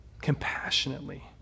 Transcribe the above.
Compassionately